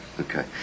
Okay